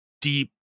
deep